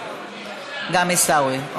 גם עיסאווי.